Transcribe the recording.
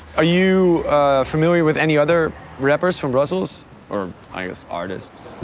are you familiar with any other rappers from brussels or, i guess, artists?